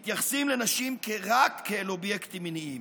מתייחסים לנשים רק כאל אובייקטים מיניים,